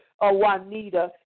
juanita